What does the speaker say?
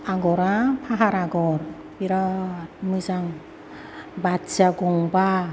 आगरआ फाहार आगर बिरात मोजां बाथिया गंबा